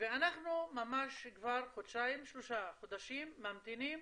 ואנחנו ממש כבר חודשיים-שלושה חודשים ממתינים